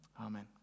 amen